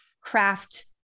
craft